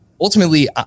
ultimately